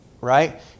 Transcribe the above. Right